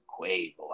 Quavo